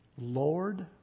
Lord